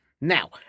Now